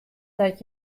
dat